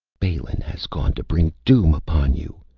balin has gone to bring doom upon you!